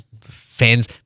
Fans